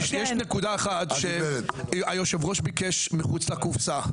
נקודה אחת שהיו"ר ביקש מחוץ לקופסה.